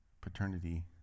paternity